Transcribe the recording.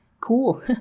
cool